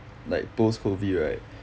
like post COVID right